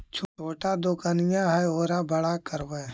छोटा दोकनिया है ओरा बड़ा करवै?